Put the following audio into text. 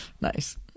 Nice